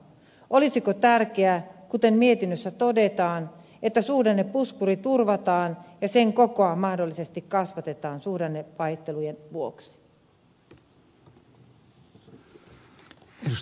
olisiko tärkeää kuten mietinnössä todetaan että suhdannepuskuri turvataan ja sen kokoa mahdollisesti kasvatetaan suhdannevaihtelujen vuoksi